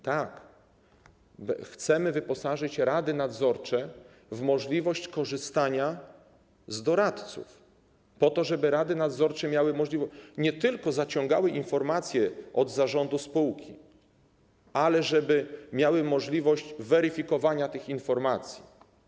Tak, chcemy wyposażyć rady nadzorcze w możliwość korzystania z doradców po to, żeby rady nadzorcze miały taką możliwość, żeby zaciągały informacje nie tylko od zarządu spółki, ale żeby miały możliwość weryfikowania tych informacji.